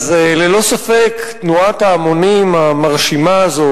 אז ללא ספק תנועת ההמונים המרשימה הזו